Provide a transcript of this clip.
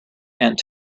aunt